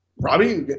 Robbie